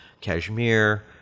Kashmir